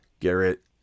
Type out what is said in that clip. Garrett